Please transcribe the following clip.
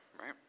right